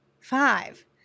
five